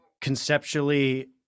conceptually